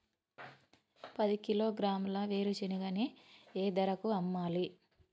పది కిలోగ్రాముల వేరుశనగని ఏ ధరకు అమ్మాలి?